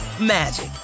magic